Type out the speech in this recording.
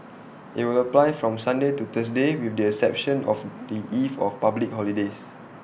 IT will apply from Sunday to Thursday with the exception of the eve of public holidays